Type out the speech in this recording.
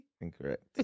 Incorrect